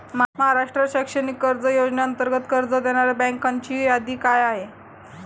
महाराष्ट्र शैक्षणिक कर्ज योजनेअंतर्गत कर्ज देणाऱ्या बँकांची यादी काय आहे?